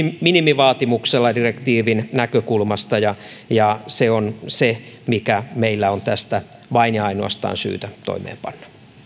minimivaatimuksella direktiivin näkökulmasta se on se mikä meillä tästä on vain ja ainoastaan syytä toimeenpanna